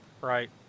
Right